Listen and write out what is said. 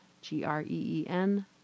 G-R-E-E-N